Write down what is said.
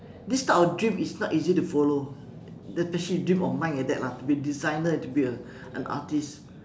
this type of dream is not easy to follow especially a dream of mine like that lah to be designer to be a an artist